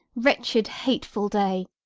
wretched, hateful day!